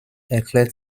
erklärt